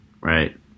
right